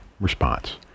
response